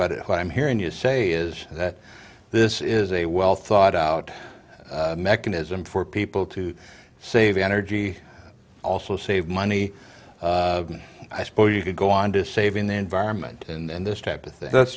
what i'm hearing you say is that this is a well thought out mechanism for people to save energy also save money i suppose you could go on to saving the environment and this type of thing that